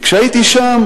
כשהייתי שם